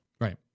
Right